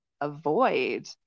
avoid